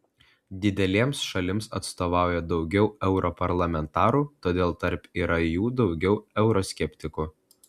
didelėms šalims atstovauja daugiau europarlamentarų todėl tarp yra jų daugiau euroskeptikų